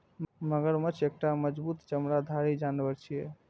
मगरमच्छ एकटा मजबूत चमड़ाधारी जानवर छियै